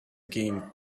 game